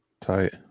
Tight